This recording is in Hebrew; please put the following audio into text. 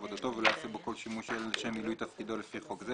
עבודתו ולא יעשה בו כל שימוש אלא לשם מילוי תפקידו לפי חוק זה,